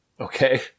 Okay